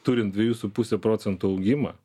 turint dviejų su puse procentų augimą